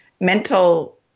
mental